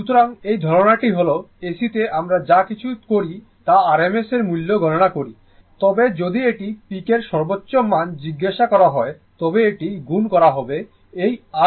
সুতরাং এই ধারণাটি হল AC তে আমরা যা কিছু করি তা RMS এর মূল্যে গণনা করি তবে যদি এটি পিক এর সর্বোচ্চ মান জিজ্ঞাসা করা হয় তবে এটি গুণ করা হবে এই r দ্বারা যাকে আমরা বলি √2